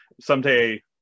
Someday